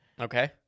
Okay